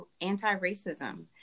anti-racism